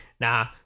nah